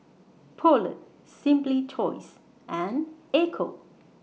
Poulet Simply Toys and Ecco